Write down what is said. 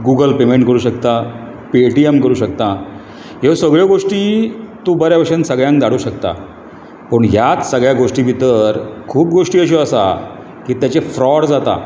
तूं Google payment करूंक शकता पेटीएम करूंक शकता ह्यो सगळ्यो गोश्टी तूं बऱ्या भशेन सगळ्यांक धाडूंक शकता पूण ह्या सगळ्या गोश्टी भितर खूब गोश्टी अश्यो आसा की ताचें फ्रॉड जाता